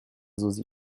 susi